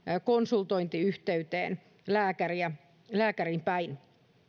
konsultointiyhteyteen lääkäriin päin